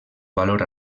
valor